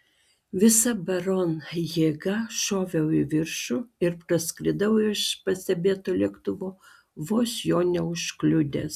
visa baron jėga šoviau į viršų ir praskridau virš pastebėto lėktuvo vos jo neužkliudęs